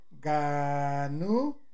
Ganu